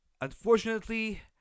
Unfortunately